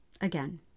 again